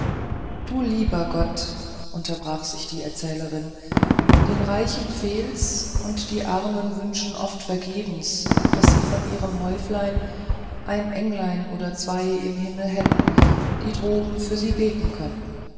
du lieber gott unterbrach sich die erzählerin den reichen fehlt's und die armen wünschen oft vergebens daß sie von ihrem häuflein ein englein oder zwei im himmel hätten die droben für sie beten könnten